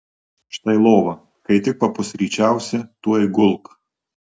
štai lova kai tik papusryčiausi tuoj gulk